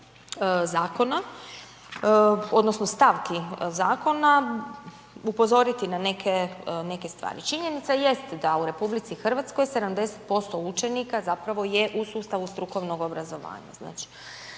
zakona odnosno stavki zakona, upozoriti na neke stvari. Činjenica jest da u RH 70% učenika zapravo je u sustavu strukovnog obrazovanja.